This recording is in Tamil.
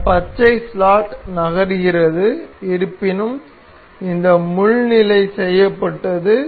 இந்த பச்சை ஸ்லாட் நகர்கிறது இருப்பினும் இந்த முள் நிலை செய்யப்பட்டது